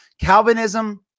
Calvinism